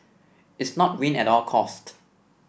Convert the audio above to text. it's not win at all cost